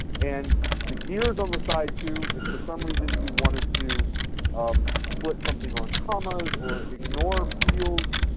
and the gears on the side too, if for some reason you wanted to um split something on commas or ignore fields,